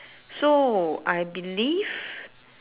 so I believe